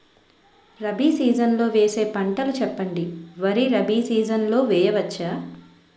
Rabi season లో వేసే పంటలు చెప్పండి? వరి రబీ సీజన్ లో వేయ వచ్చా?